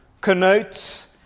connotes